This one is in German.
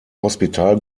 hospital